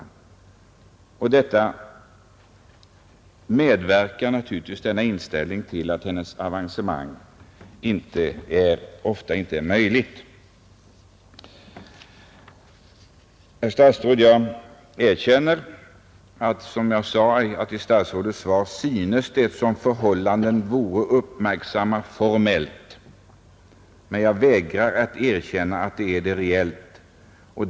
Denna inställning medverkar naturligtvis till att något avancemang för henne ofta inte är möjligt. Herr statsråd, jag erkänner, som jag sade, att det av statsrådets svar synes som om förhållandena vore uppmärksammade formellt, men jag vägrar att erkänna att de är det reellt.